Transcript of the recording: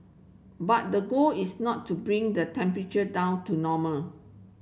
but the goal is not to bring the temperature down to normal